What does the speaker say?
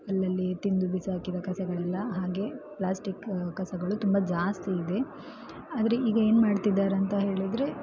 ಅಲ್ಲಲ್ಲಿ ತಿಂದು ಬಿಸಾಕಿದ ಕಸಗಳೆಲ್ಲ ಹಾಗೆ ಪ್ಲ್ಯಾಸ್ಟಿಕ್ ಕಸಗಳು ತುಂಬ ಜಾಸ್ತಿ ಇದೆ ಆದರೆ ಈಗ ಏನು ಮಾಡ್ತಿದ್ದಾರಂತ ಹೇಳಿದರೆ